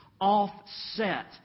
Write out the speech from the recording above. offset